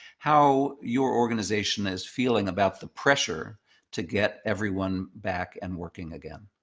how your organization is feeling about the pressure to get everyone back and working again.